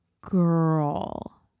girl